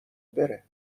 بره